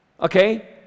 okay